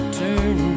turn